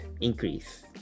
increase